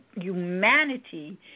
humanity